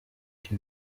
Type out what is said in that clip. ibyo